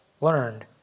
learned